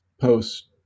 post